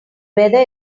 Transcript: whether